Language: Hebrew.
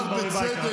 בצדק,